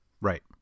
Right